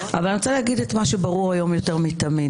אני רוצה לומר היום את מה שברור יותר תמיד